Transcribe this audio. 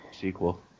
sequel